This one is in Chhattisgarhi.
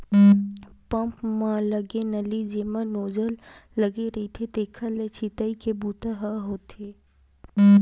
पंप म लगे नली जेमा नोजल लगे रहिथे तेखरे ले छितई के बूता ह होथे